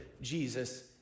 Jesus